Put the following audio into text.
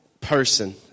person